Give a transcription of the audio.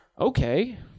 okay